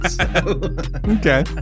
Okay